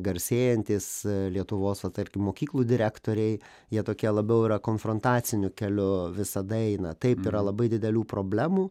garsėjantys lietuvos va tarkim mokyklų direktoriai jie tokie labiau yra konfrontaciniu keliu visada eina taip yra labai didelių problemų